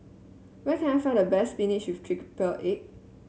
where can I find the best spinach with egg